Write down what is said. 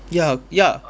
ya ya